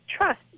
trust